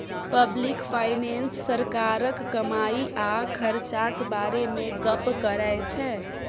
public finance सरकारक कमाई आ खरचाक बारे मे गप्प करै छै